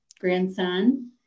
grandson